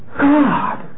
God